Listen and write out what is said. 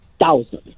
thousand